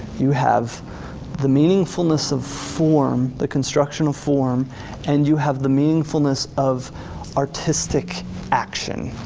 you have the meaningfulness of form, the constructional form and you have the meaningfulness of artistic action,